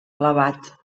elevat